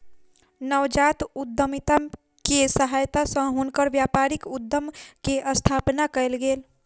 नवजात उद्यमिता के सहायता सॅ हुनकर व्यापारिक उद्यम के स्थापना कयल गेल